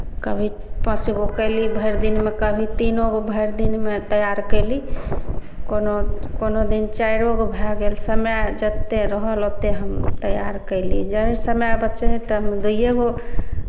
कभी पाँच गो कयली भरि दिनमे कभी तीनो गो भरि दिनमे तैयार कयली कोनो कोनो दिन चारिओ गो भए गेल समय जतेक रहल ओतेक हम तैयार कयली जब समय बचै हए तब दुइओ गो